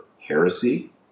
heresy